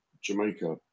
Jamaica